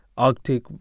Arctic